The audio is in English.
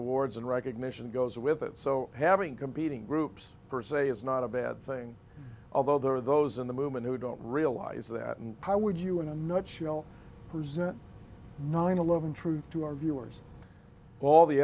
awards and recognition goes with it so having competing groups per se is not a bad thing although there are those in the movement who don't realize that and how would you in a nutshell present nine eleven truth to our viewers all the